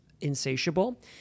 insatiable